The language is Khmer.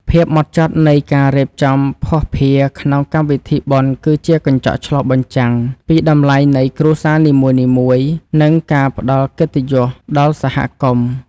ភាពហ្មត់ចត់នៃការរៀបចំភស្តុភារក្នុងកម្មវិធីបុណ្យគឺជាកញ្ចក់ឆ្លុះបញ្ចាំងពីតម្លៃនៃគ្រួសារនីមួយៗ និង ការផ្តល់កិត្តិយសដល់សហគមន៍។